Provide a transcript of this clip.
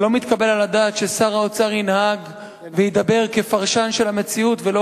שלא מתקבל על הדעת ששר האוצר ינהג וידבר כפרשן של המציאות ולא